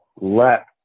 let